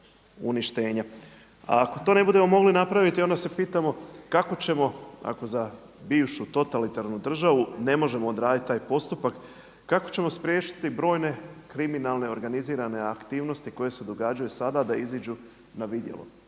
A ako to ne budemo mogli napraviti onda se pitamo kako ćemo ako za bivšu totalitarnu državu ne možemo odraditi taj postupak, kako ćemo spriječiti brojne kriminalne organizirane aktivnosti koje se događaju sada da iziđu na vidjelo.